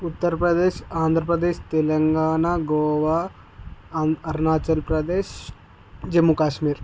ఉత్తరప్రదేశ్ ఆంధ్రప్రదేశ్ తెలంగాణ గోవా అన్ అరుణాచల్ప్రదేశ్ జమ్ముకాశ్మీర్